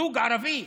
זוג ערבי,